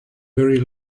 very